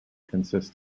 consists